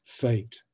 fate